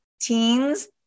Teens